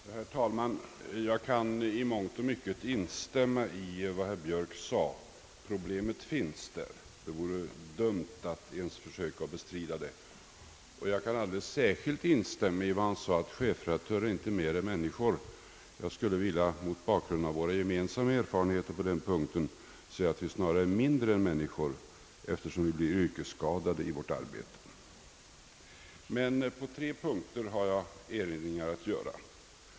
Herr talman! Jag kan i mångt och mycket instämma i vad herr Björk anförde. Problemet finns där — det vore dumt att försöka bestrida det. Jag kan särskilt instämma i yttrandet att chefredaktörer inte är mer än människor. Jag skulle mot bakgrunden av våra gemensamma erfarenheter på denna punkt vilja säga att vi snarast är mindre män niskor, eftersom vi blir yrkesskadade i vårt arbete. Jag har emellertid på tre punkter erinringar att göra.